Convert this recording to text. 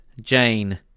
Jane